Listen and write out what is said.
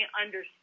understand